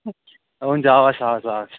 हुन्छ हवस् हवस् हवस्